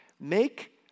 make